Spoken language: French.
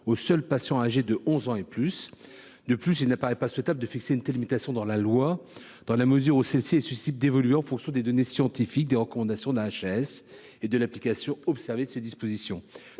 aux seuls patients âgés de 11 ans et plus. Par ailleurs, il n’apparaît pas souhaitable de fixer une telle limitation dans la loi, dans la mesure où les choses sont susceptibles d’évoluer en fonction des données scientifiques, des recommandations de la HAS et de l’application observée de ces dispositions.